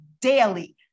daily